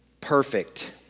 perfect